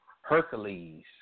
Hercules